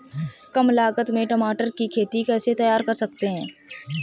कम लागत में टमाटर की खेती कैसे तैयार कर सकते हैं?